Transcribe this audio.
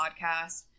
podcast